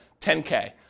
10K